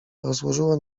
rozłożyła